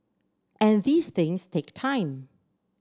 and these things take time